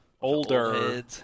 older